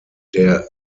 der